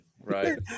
Right